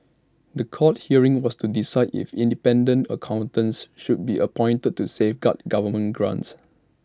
The Court hearing was to decide if independent accountants should be appointed to safeguard government grants